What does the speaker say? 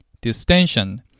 distension